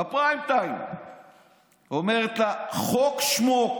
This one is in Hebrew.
בפריים טיים היא אומרת לה: "חוק-שמוק,